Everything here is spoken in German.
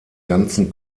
ganzen